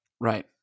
Right